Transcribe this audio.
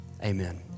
Amen